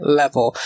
level